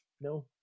No